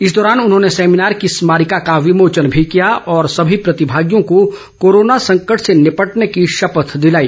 इस दौरान उन्होंने सैमीनार की स्मारिका का विमोचन किया और सभी प्रतिभागियों को कोरोना संकट से निपटने की शपथ दिलाई